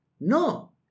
No